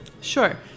Sure